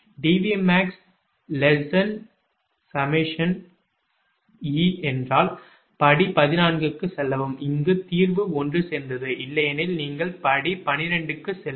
11 𝐷𝑉𝑀𝐴𝑋 𝜖 என்றால் படி 14 க்குச் செல்லவும் இங்கே தீர்வு ஒன்றுசேர்ந்தது இல்லையெனில் நீங்கள் படி 12 க்குச் செல்லுங்கள்